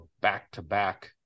back-to-back